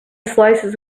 slices